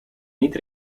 niet